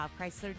Chrysler